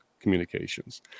communications